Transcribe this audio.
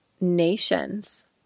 nations